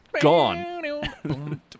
gone